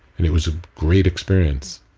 and it was a great experience.